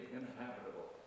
inhabitable